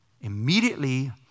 immediately